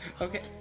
Okay